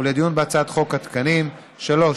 ולדיון בהצעת חוק התקנים (תיקון,